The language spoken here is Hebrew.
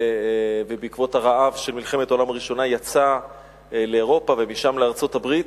ובעקבות הרעב של מלחמת העולם הראשונה יצא לאירופה ומשם לארצות-הברית.